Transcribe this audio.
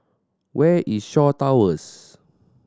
where is Shaw Towers